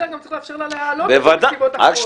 גם צריך לאפשר לה להעלות מסיבות אחרות.